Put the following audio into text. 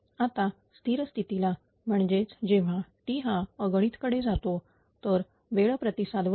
आता स्थिर स्थिती ला म्हणजेच जेव्हा t हा अगणित कडे जातो तर वेळ प्रतिसाद वरून